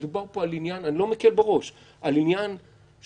מדובר פה על עניין אני לא מקל בו ראש על עניין שהוא